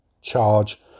charge